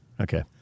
Okay